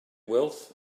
wealth